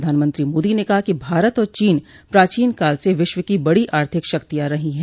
प्रधानमंत्री मोदी ने कहा कि भारत और चीन प्राचीन काल से विश्व की बड़ी आर्थिक शक्तियां रही हैं